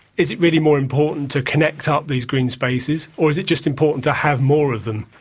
is it really more important to connect up these green spaces, or is it just important to have more of them?